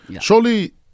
Surely